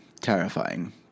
terrifying